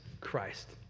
Christ